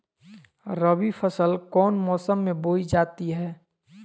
रबी फसल कौन मौसम में बोई जाती है?